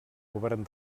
govern